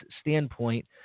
standpoint